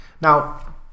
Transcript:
Now